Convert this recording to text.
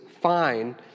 fine